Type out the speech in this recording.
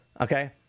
Okay